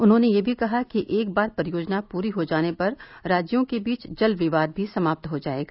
उन्होंने यह भी कहा कि एक बार परियोजना पूरी हो जाने पर राज्यों के बीच जल विवाद भी समाप्त हो जायेगा